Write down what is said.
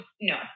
no